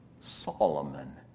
Solomon